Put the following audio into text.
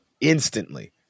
instantly